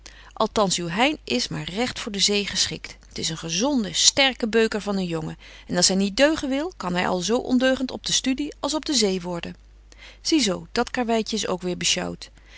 uw hein is maar regt voor de zee geschikt t is een gezonde sterke beuker van een jongen en als hy niet deugen wil kan hy al zo ondeugent op te studie als op de zee worden zie zo dat karweitje is ook weêr besjouwt